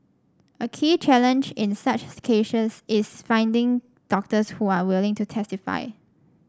a key challenge in such cases is finding doctors who are willing to testify